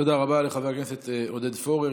תודה רבה לחבר הכנסת עודד פורר.